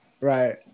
Right